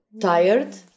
tired